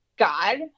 God